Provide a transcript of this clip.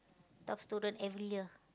top student every year